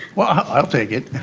i'll take it.